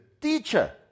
teacher